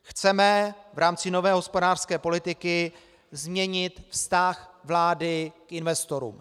Chceme v rámci nové hospodářské politiky změnit vztah vlády k investorům.